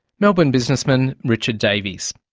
melbourne businessman, richard davies.